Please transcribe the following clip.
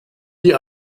die